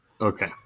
Okay